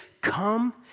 come